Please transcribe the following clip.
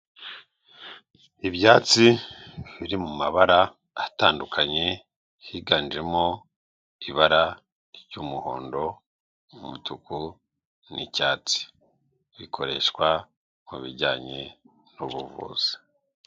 Ibyatsi biri mu mabara atandukanye, higanjemo ibara ry'umuhondo, umutuku n'icyatsi, bikoreshwa kubijyanye n'ubuvuzi.